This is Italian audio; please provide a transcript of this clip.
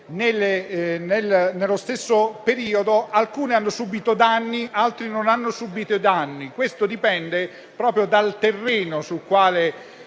nello stesso periodo: alcuni hanno subito danni, altri non ne hanno subiti. Questo dipende dal terreno su quale